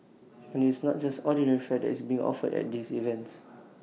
and IT is not just ordinary fare that is being offered at these events